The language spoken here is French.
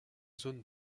zone